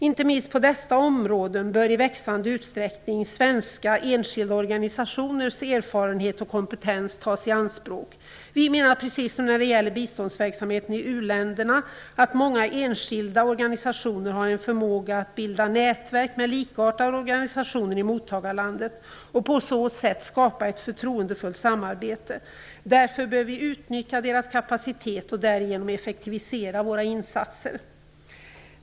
Inte minst på dessa områden bör i växande utsträckning svenska enskilda organisationers erfarenhet och kompetens tas i anspråk. Vi menar, precis som när det gäller biståndsverksamheten i u-länderna, att många enskilda organisationer har en förmåga att bilda nätverk med likartade organisationer i mottagarlandet och på så sätt skapa ett förtroendefullt samarbete. Därför bör vi utnyttja deras kapacitet och därigenom effektivisera våra insatser.